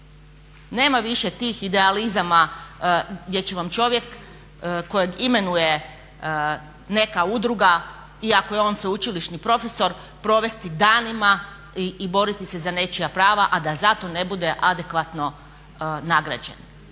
Nema više tih idealizama gdje će vam čovjek kojeg imenuje neka udruga iako je on sveučilišni profesor provesti danima i boriti se za nečija prava, a da za to ne bude adekvatno nagrađen